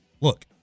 Look